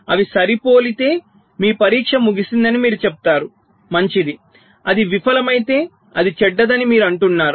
అవి సరిపోలితే మీ పరీక్ష ముగిసిందని మీరు చెప్తారు మంచిది అది విఫలమైతే అది చెడ్డదని మీరు అంటున్నారు